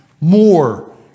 more